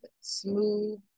smooth